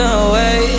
away